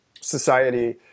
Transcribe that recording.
society